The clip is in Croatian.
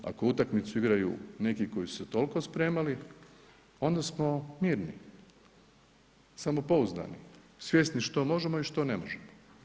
Ako utakmicu igraju neki koji su se toliko spremali onda smo mirni, samopouzdani, svjesni što možemo i što ne možemo.